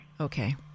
Okay